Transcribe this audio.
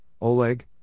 Oleg